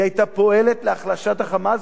היא היתה פועלת להחלשת ה"חמאס",